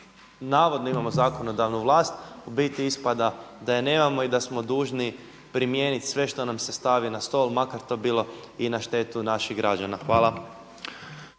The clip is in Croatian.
navodno imamo zakonodavnu vlast u biti ispada da je nemamo i da smo dužni primijeniti sve što nam se stavi na stol, makar to bilo i na štetu naših građana. Hvala.